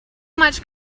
much